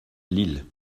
lille